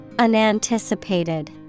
Unanticipated